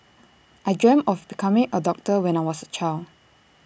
I dreamt of becoming A doctor when I was A child